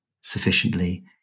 sufficiently